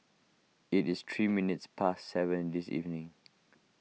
it is three minutes past seven this evening